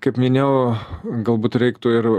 kaip minėjau galbūt reiktų ir